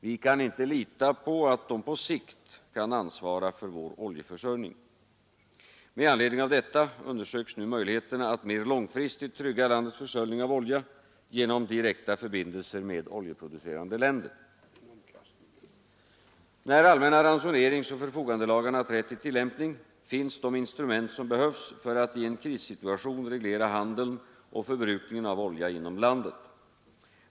Vi kan inte lita på att de på sikt kan ansvara för vår oljeförsörjning. Med anledning av detta undersöks nu möjligheterna att mer långfristigt trygga landets försörjning av olja genom direkta förbindelser med oljeproducerande länder. När allmänna ransoneringsoch förfogandelagarna trätt i tillämpning finns de instrument som behövs för att i en krissituation reglera handeln och förbrukningen av olja inom landet.